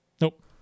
Nope